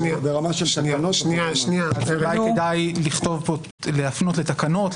אולי כדאי להפנות לתקנות,